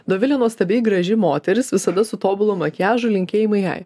dovilė nuostabiai graži moteris visada su tobulu makiažu linkėjimai jai